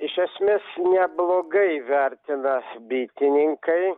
iš esmės neblogai vertina bitininkai